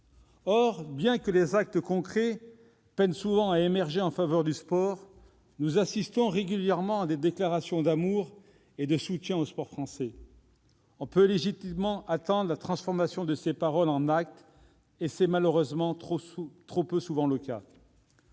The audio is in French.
Or, bien que les actes concrets peinent souvent à émerger en faveur du sport, nous assistons régulièrement à des déclarations d'amour et de soutien au sport français. On peut légitimement attendre la transformation de ces paroles en actes, et c'est malheureusement trop peu souvent le cas.